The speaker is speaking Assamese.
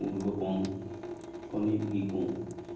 পুহিব পাৰোঁ কণী বিক্ৰী কৰোঁ